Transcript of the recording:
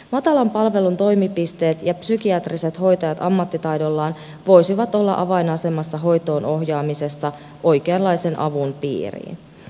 matalan palvelun toimipisteet ja psykiatriset hoitajat ammattitaidollaan voisivat olla avainasemassa hoitoon ohjaamisessa oikeanlaisen avun piiriin